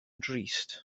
drist